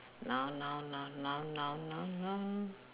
noun noun noun noun noun noun noun